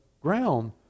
ground